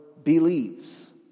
believes